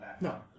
No